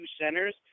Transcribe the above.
centers